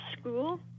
school